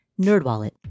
NerdWallet